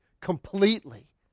completely